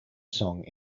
song